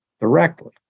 directly